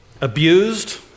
abused